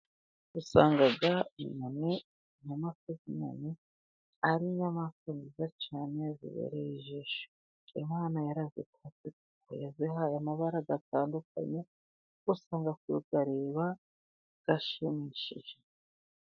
Usanga inyoni inyamaswa z'inyoni ari inyamaswa nziza cyane zibereye ijisho, Imana yaziha amabara atandukanye usanga kuyareba aba ashimishije.